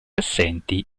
assenti